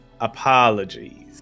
Apologies